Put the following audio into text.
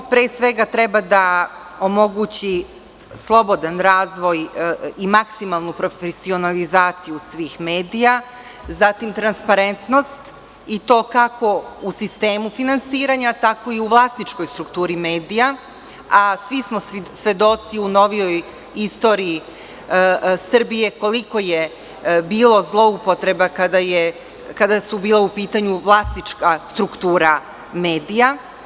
Pre svega, on treba da omogući slobodan razvoj i maksimalnu profesionalizaciju svih medija, transparentnost, i to kako u sistemu finansiranja tako i u vlasničkoj strukturi medija, a svi smo svedoci u novijoj istoriji Srbije koliko je bilo zloupotreba kada je bila u pitanju vlasnička struktura medija.